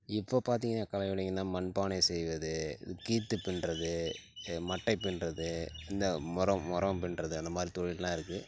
இப்போது பார்த்தீங்கன்னா கலைவடிங்கன்னால் மண்பானை செய்வது இது கீத்து பின்னுறது மட்டை பின்னுறது இந்த முரம் முரம் பின்னுறது அந்த மாதிரி தொழில்லாம் இருக்குது